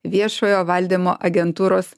viešojo valdymo agentūros